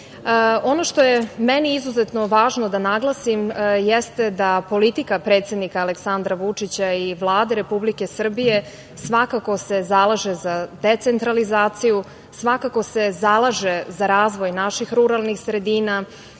što je meni izuzetno važno da naglasim jeste da politika predsednika Aleksandra Vučića i Vlade Republike Srbije svakako se zalaže decentralizaciju, svakako se zalaže za razvoj naših ruralnih sredina